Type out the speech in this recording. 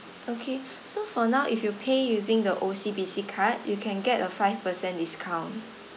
okay so for now if you pay using the O_C_B_C card you can get a five per cent discount